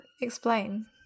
explain